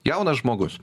jaunas žmogus